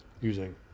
using